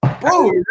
Bro